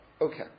Okay